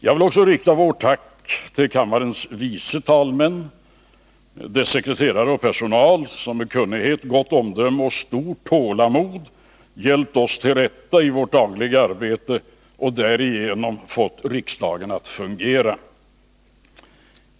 Jag vill också rikta vårt tack till kammarens vice talmän, dess sekreterare och personal, som med kunnighet, gott omdöme och stort tålamod hjälpt oss till rätta i vårt dagliga arbete och därigenom fått riksdagen att fungera.